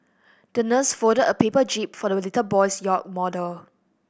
the nurse folded a paper jib for the little boy's yacht model